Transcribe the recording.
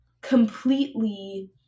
completely